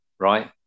Right